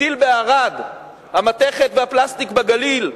הטקסטיל בערד, המתכת והפלסטיק בגליל,